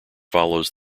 follows